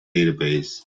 database